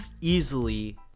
easily